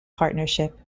partnership